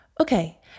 Okay